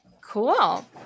Cool